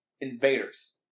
invaders